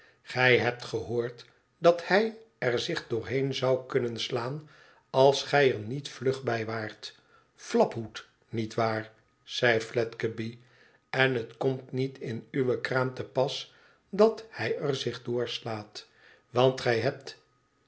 igij hebt gehoord dat hij er zich doorheen zou kiuinen slaan ab gij er niet vlug bij waart flaphoed nietwaar zei fledgeby ten het komt niet in uwe kraam te pas dat hij er zich doorslaat want gij hebt